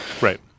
right